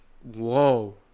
Whoa